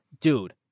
dude